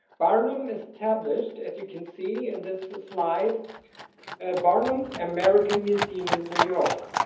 barnum established as you can see in this slide barnum's american museum in new york.